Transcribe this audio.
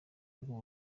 rw’u